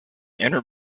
inner